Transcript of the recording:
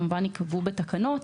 ייקבעו כמובן בתקנות.